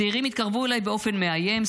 הצעירים התקרבו אליי באופן מאיים,